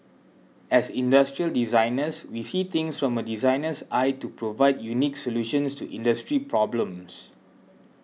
as industrial designers we see things from a designer's eye to provide unique solutions to industry problems